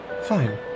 fine